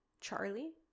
charlie